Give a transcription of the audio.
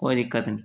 कोई दिक्कत नहीं